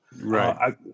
Right